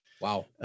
Wow